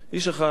איש אחד יהודי,